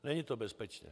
Není to bezpečně.